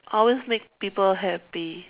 I always make people happy